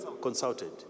Consulted